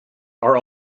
are